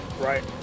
Right